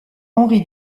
henri